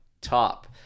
top